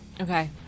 Okay